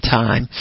time